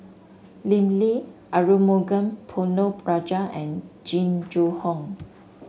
Lim Lee Arumugam Ponnu Rajah and Jing Jun Hong